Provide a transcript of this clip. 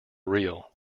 reel